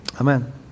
Amen